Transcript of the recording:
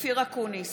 אופיר אקוניס,